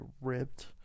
ripped